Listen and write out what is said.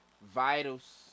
Vitals